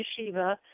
yeshiva